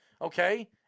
Okay